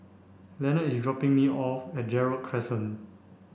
Leonard is dropping me off at Gerald Crescent